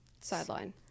sideline